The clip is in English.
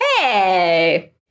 Hey